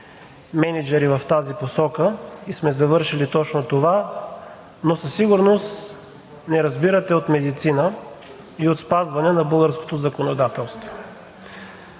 мениджъри в тази посока и сме завършили точно това, но със сигурност не разбирате от медицина и от спазване на българското законодателство.